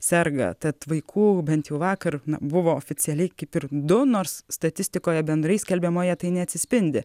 serga tad vaikų bent jau vakar buvo oficialiai kaip ir du nors statistikoje bendrai skelbiamoje tai neatsispindi